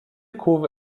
kurve